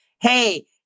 hey